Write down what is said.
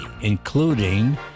including